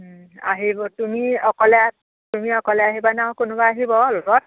আহিব তুমি অকলে তুমি অকলে আহিবা নে আৰু কোনোবা আহিব লগত